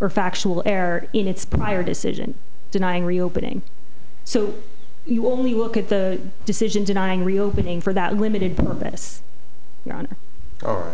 or factual error in its prior decision denying reopening so you only look at the decision denying reopening for that limited purpose or